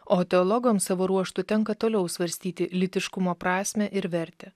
o teologams savo ruožtu tenka toliau svarstyti lytiškumo prasmę ir vertę